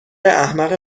احمق